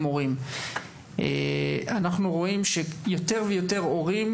הורים אנחנו רואים שיותר ויותר הורים,